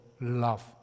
love